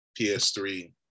PS3